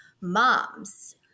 moms